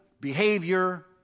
behavior